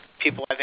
people